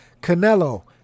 Canelo